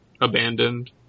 Abandoned